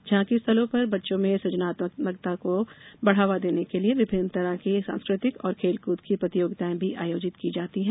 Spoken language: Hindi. झांकीस्थलों पर बच्चों में सुजनात्मकता को बढ़ावा देने के लिए विभिन्न तरह की सांस्कृतिक और खेलकूद की प्रतियोगितायें भी आयोजित की जाती है